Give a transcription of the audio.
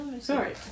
Sorry